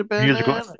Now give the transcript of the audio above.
Musical